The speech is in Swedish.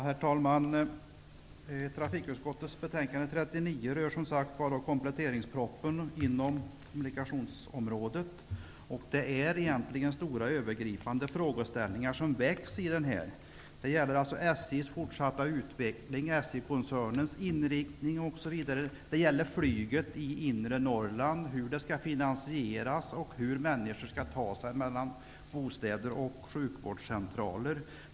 Herr talman! Trafikutskottets betänkande TU39 rör kompletteringspropositionen inom kommunikationsområdet. Det är egentligen stora övergripande frågeställningar som väcks. Det gäller SJ:s fortsatta utveckling, SJ-koncernens inriktning osv. Det gäller flyget i inre Norrland, hur det skall finansieras och hur människor skall ta sig mellan bostaden och sjukvårdscentraler.